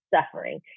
suffering